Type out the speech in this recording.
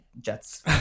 Jets